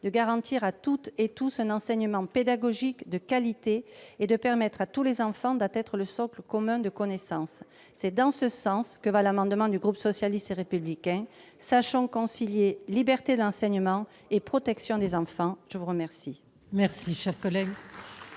de garantir à toutes et à tous un enseignement pédagogique de qualité et de permettre à tous les enfants d'atteindre le socle commun de connaissances. C'est dans ce sens que va l'amendement du groupe socialiste et républicain. Sachons concilier liberté d'enseignement et protection des enfants ! La parole